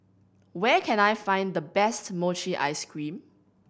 where can I find the best mochi ice cream